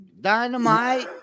dynamite